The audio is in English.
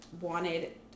wanted